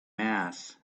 mass